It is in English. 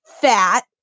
fat